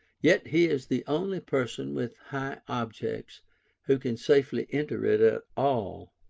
yet he is the only person with high objects who can safely enter it at all.